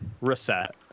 Reset